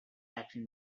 acting